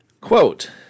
Quote